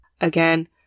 Again